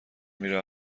میره